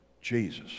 Jesus